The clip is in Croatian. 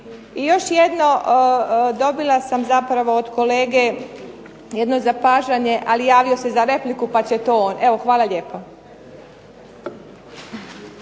I još jedno. Dobila sam zapravo od kolege jedno zapažanje, ali javio se za repliku pa će to on. Evo hvala lijepo.